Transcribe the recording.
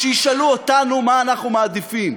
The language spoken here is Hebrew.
שישאלו אותנו מה אנחנו מעדיפים: